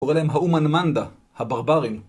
קורא להם האמן-מנדא - הברברים.